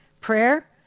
Prayer